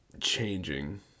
changing